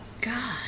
god